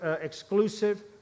exclusive